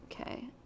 Okay